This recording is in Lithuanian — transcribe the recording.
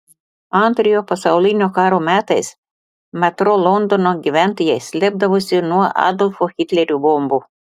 antrojo pasaulinio karo metais metro londono gyventojai slėpdavosi nuo adolfo hitlerio bombų